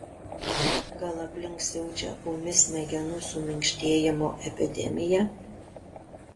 gal aplink siaučia ūmi smegenų suminkštėjimo epidemija